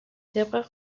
طبق